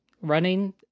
running